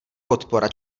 podpora